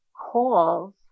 calls